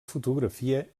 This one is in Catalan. fotografia